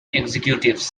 executives